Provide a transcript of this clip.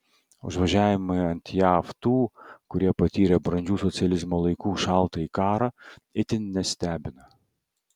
užvažiavimai ant jav tų kurie patyrė brandžių socializmo laikų šaltąjį karą itin nestebina